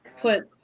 put